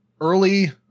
early